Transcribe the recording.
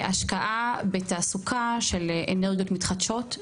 השקעה בתעסוקה של אנרגיות מתחדשות,